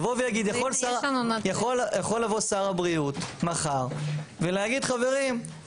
יכול לבוא שר הבריאות מחר ולהגיד: חברים,